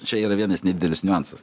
čia yra vienas nedidelis niuansas